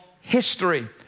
history